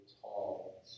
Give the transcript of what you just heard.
tall